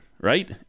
right